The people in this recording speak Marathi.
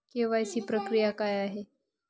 के.वाय.सी प्रक्रिया काय आहे?